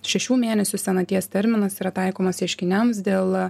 šešių mėnesių senaties terminas yra taikomas ieškiniams dėl